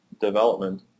development